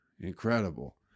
incredible